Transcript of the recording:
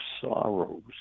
sorrows